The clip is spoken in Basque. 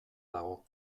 dago